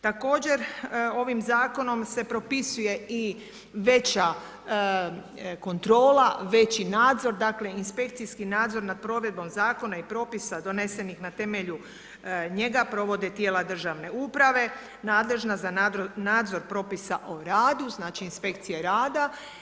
Također ovim zakonom se propisuje i veća kontrola, veći nadzor, dakle inspekcijski nadzor nad provedbom zakona i propisa donesenih na temelju njega provode tijela državne uprave nadležna za nadzor propisa o radu, znači inspekcije rada.